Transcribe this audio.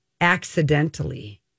accidentally